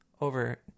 Over